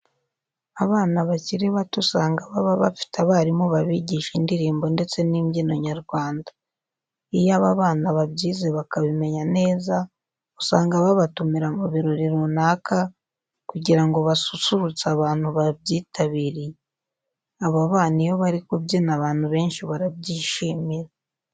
Abana bakiri bato usanga baba bafite abarimu babigisha indirimbo ndetse n'imbyino nyarwanda. Iyo aba bana babyize bakabimenya neza usanga babatumira mu birori runaka kugira ngo basusurutse abantu babyitabiriye. Aba bana iyo bari kubyina abantu benshi barabyishimira.